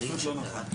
זה פשוט לא נכון.